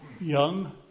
young